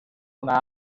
una